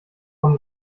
vom